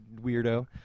weirdo